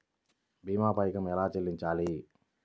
భీమా పైకం ఎలా చెల్లించాలి?